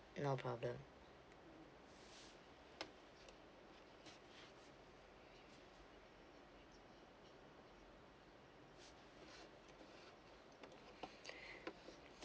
no problem